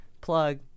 Plug